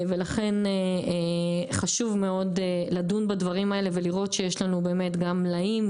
ולכן חשוב מאוד לדון בדברים האלה ולראות שיש לנו באמת גם מלאים,